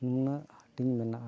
ᱱᱩᱱᱟᱹᱜ ᱦᱟᱹᱴᱤᱝ ᱢᱮᱱᱟᱜᱼᱟ